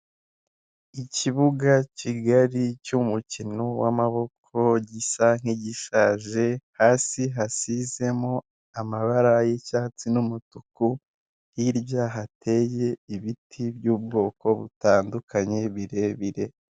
Umugore ufite umusatsi muremure wambaye imyenda y'umutuku, vharimo n'umukara n'umweru n'ijipo ngufiya, ufite igikapu gikunzwe gukoreshwa n'abantu bakunze kujya mu mahanga akaba ahagaze hafi y'ibyapa bigiye bitandukanye ndetse n'inyuma yaho hakaba hari iminara y'amashanyarazi.